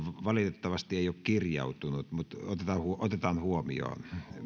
valitettavasti ei ole kirjautunut mutta otetaan huomioon